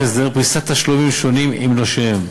הסדרי פריסת תשלומים שונים עם נושיהן.